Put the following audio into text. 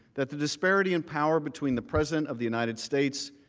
that the disparity in power between the president of the united states,